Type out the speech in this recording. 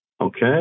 Okay